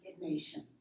nation